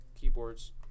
keyboards